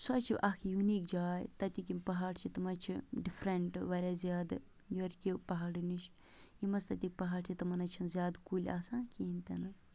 سُہ حظ چھُ اَکھ یوٗنیٖک جاے تَتیُک یِم پہاڑ چھِ تم حظ چھِ ڈِفرَنٹ واریاہ زیادٕ یور کیو پہاڑو نِش یِم حظ تَتیُک پہاڑ چھِ تمَن حظ چھِنہٕ زیادٕ کُلۍ آسان کِہیٖنۍ تہِ نہٕ